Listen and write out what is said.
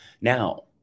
Now